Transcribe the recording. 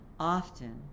Often